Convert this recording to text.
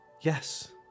Yes